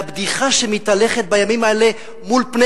והבדיחה שמתהלכת בימים האלה מול פני